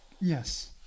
Yes